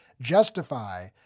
justify